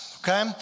Okay